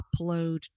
upload